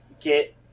get